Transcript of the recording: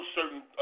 certain